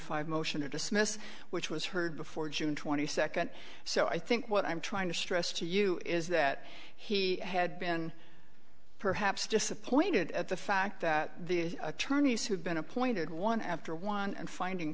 five motion to dismiss which was heard before june twenty second so i think what i'm trying to stress to you is that he had been perhaps disappointed at the fact that the attorneys who had been appointed one after one and finding